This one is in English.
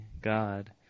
god